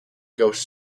ghost